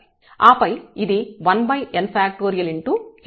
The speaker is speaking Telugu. ఆపై ఇది 1n